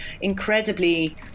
incredibly